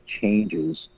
changes